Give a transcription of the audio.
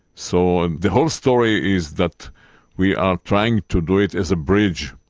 so and the whole story is that we are trying to do it as a bridge,